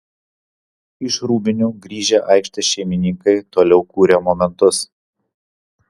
iš rūbinių grįžę aikštės šeimininkai toliau kūrė momentus